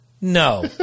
No